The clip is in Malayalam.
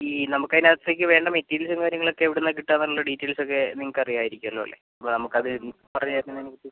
ഈ നമുക്ക് അയിനാത്തേക്ക് വേണ്ട മെറ്റീരിയലും കാര്യങ്ങളൊക്കേ എവിടിന്നാ കിട്ടാന്നുള്ള ഡീറ്റെയിൽസൊക്കേ നിങ്ങക്ക് അറിയായിരിക്കല്ലൊല്ലേ അപ്പം നമുക്ക് അത് പറഞ്ഞ് തരുന്നതിനെ കുറിച്ച്